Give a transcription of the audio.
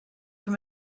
from